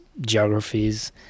geographies